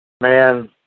Man